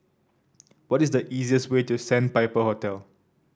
what is the easiest way to Sandpiper Hotel